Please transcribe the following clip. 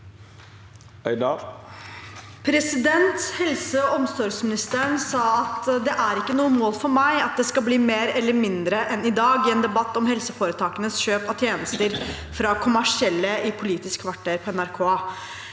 «Helse- og omsorgsmi- nisteren sa at «det er ikke noe mål for meg at det skal bli mer eller mindre enn i dag», i en debatt om helseforetakenes kjøp av tjenester fra kommersielle i Politisk kvarter på NRK